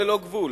ללא גבול,